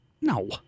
no